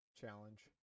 challenge